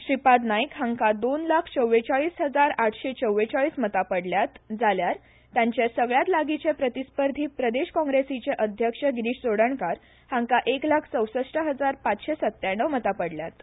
श्रीपाद नायक हांका दोन लाख चौवेचाळीस हजार आठशे चौवेचाळीस मतां पडल्यात जाल्यार तांचे सगल्यात लागीचे प्रतिस्पर्धी प्रदेश काँग्रेसीचे अध्यक्ष गिरीष चोडणकर हांका एक लाख चौसष्ट हजार पाचशे सत्याण्णव मतां पडल्यात